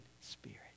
spirit